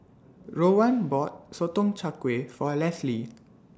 Rowan bought Sotong Char Kway For Lesly